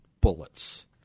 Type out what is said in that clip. bullets